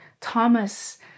Thomas